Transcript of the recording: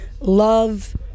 love